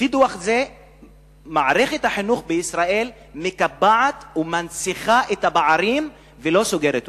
נאמר שמערכת החינוך בישראל מקבעת ומנציחה את הפערים ולא סוגרת אותם.